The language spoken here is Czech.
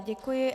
Děkuji.